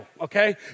okay